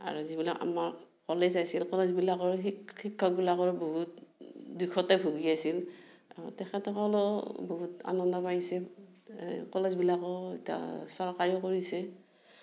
আৰু যিবিলাক আমাৰ কলেজ আছিল কলেজবিলাকৰ শিক্ষকবিলাকৰ বহুত দুখতে ভুগি আছিল তেখেতসকলেও বহুত আনন্দ পাইছে কলেজবিলাকো এতিয়া চৰকাৰীও কৰিছে